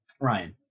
Ryan